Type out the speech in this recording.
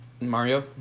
Mario